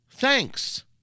Thanks